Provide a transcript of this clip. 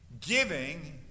Giving